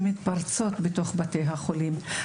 שמתפרצות בתוך בתי החולים.